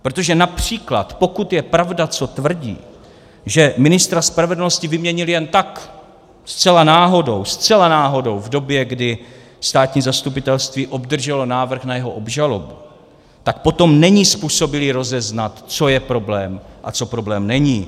Protože například, pokud je pravda, co tvrdí, že ministra spravedlnosti vyměnil jen tak, zcela náhodou, v době, kdy státní zastupitelství obdrželo návrh na jeho obžalobu, tak potom není způsobilý rozeznat, co je problém a co problém není.